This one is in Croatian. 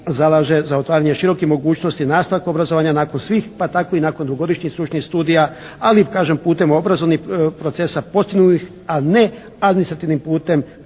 zalaže za otvaranje širokih mogućnosti nastavka obrazovanja nakon svih, pa tako i nakon dugogodišnjih stručnih studija, ali i kažem putem obrazovnih procesa postignutih, a ne administrativnim putem